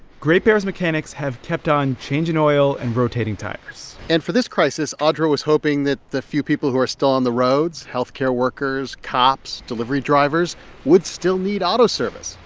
great bear's mechanics have kept on changing oil and rotating tires and for this crisis, audra was hoping that the few people who are still on the roads health care workers, cops, delivery drivers would still need auto service,